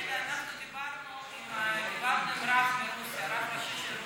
אנחנו דיברנו עם רב מרוסיה, רב ראשי של רוסיה,